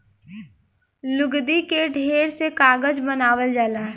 लुगदी के ढेर से कागज बनावल जाला